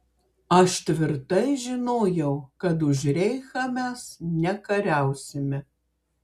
aš tvirtai žinojau kad už reichą mes nekariausime